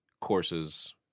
courses